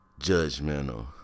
judgmental